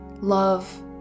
love